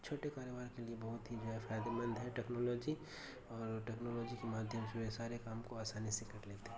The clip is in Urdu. چھوٹے کاروبار کے لیے بہت ہی جو ہے فائدے مند ہے ٹیکنالوجی اور ٹیکنالوجی کے مادھیم سے سارے کام کو آسانی سے کر لیتے